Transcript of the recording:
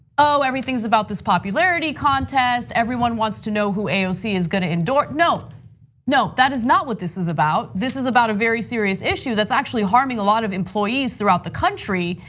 ah everything's about this popularity contest. everyone wants to know who aoc is going to endorse. no no, that is not what this is about. this is about a very serious issue that's actually harming a lot of employees throughout the country.